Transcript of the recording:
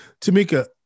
Tamika